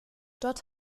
dort